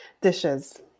Dishes